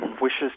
wishes